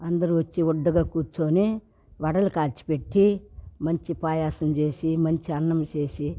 అందరు వచ్చి ఒడ్డుగా కూర్చొని వడలు కాచి పెట్టి మంచి పయాసం చేసి మంచి అన్నం చేసి